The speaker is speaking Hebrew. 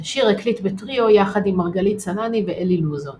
את השיר הקליט בטריו יחד עם מרגלית צנעני ואלי לוזון.